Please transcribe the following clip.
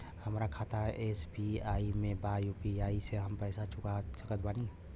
हमारा खाता एस.बी.आई में बा यू.पी.आई से हम पैसा चुका सकत बानी?